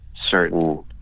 certain